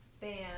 band